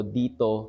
dito